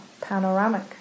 panoramic